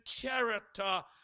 character